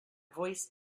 voice